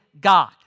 God